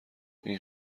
این